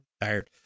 tired